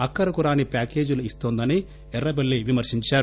అక్కరకు రాని ప్యాకేజీలు ఇస్తోందని ఎర్రబెల్లి విమర్శించారు